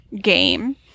game